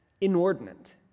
inordinate